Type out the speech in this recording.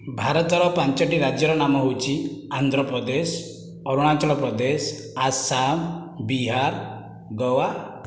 ଭାରତର ପାଞ୍ଚଟି ରାଜ୍ୟର ନାମ ହେଉଛି ଆନ୍ଧ୍ରପ୍ରଦେଶ ଅରୁଣାଞ୍ଚଳପ୍ରଦେଶ ଆସାମ ବିହାର ଗୋଆ